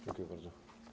Dziękuję bardzo.